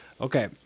Okay